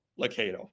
Lakato